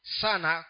sana